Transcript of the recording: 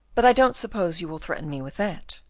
but i don't suppose you will threaten me with that.